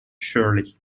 shirley